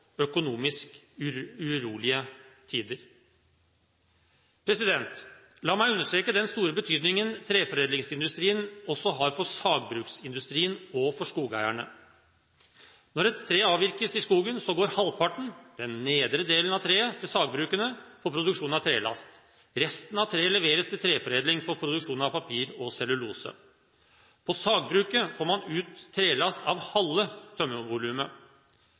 økonomisk urolige tider. La meg understreke den store betydningen treforedlingsindustrien har også for sagbruksindustrien og skogeierne. Når et tre avvirkes i skogen, går halvparten, den nedre delen av treet, til sagbrukene for produksjon av trelast. Resten av treet leveres til treforedling for produksjon av papir og cellulose. På sagbruket får man ut trelast av halve